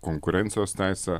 konkurencijos teisę